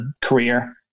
career